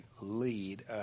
lead